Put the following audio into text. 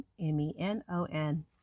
M-E-N-O-N